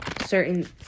certain